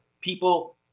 people